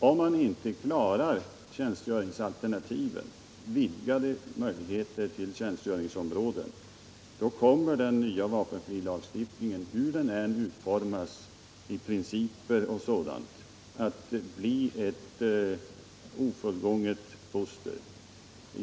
Om man inte klarar tjänstgöringsalternativet och erbjuder vidgade tjänstgöringsområden kommer nämligen den nya vapenfrilagstiftningen — hur den än utformas när det gäller principer — att bli ett ofullgånget foster.